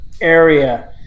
area